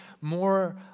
more